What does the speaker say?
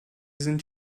sind